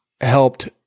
helped